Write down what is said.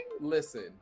Listen